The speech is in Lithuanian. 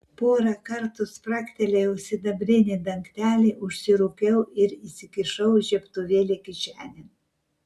porą kartų spragtelėjau sidabrinį dangtelį užsirūkiau ir įsikišau žiebtuvėlį kišenėn